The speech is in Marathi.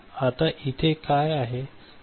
आता इथे काय आहे